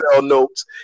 notes